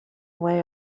way